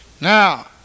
Now